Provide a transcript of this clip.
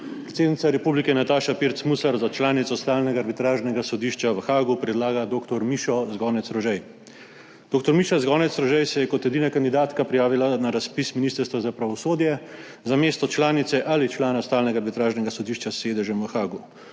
Predsednica Republike Nataša Pirc Musar za članico Stalnega arbitražnega sodišča v Haagu predlaga dr. Mišo Zgonec - Rožej. Dr. Miša Zgonec - Rožej se je kot edina kandidatka prijavila na razpis Ministrstva za pravosodje za mesto članice ali člana Stalnega arbitražnega sodišča s sedežem v Haagu.